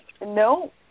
No